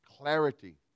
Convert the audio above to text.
clarity